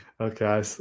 Okay